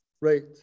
right